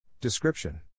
Description